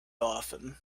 often